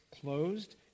closed